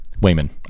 Wayman